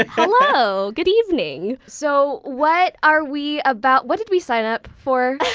hello, good evening! so what are we about, what did we sign up for?